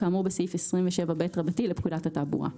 כאמור סעיף 27ב לפקודת התעבורה.